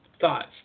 Thoughts